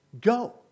go